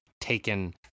taken